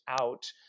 out